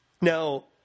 Now